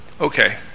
Okay